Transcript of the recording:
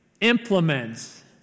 implements